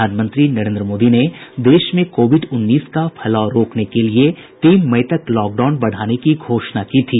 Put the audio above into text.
प्रधानमंत्री नरेन्द्र मोदी ने देश में कोविड उन्नीस का फैलाव रोकने के लिए तीन मई तक लॉकडाउन बढ़ाने की घोषणा की थी